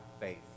faith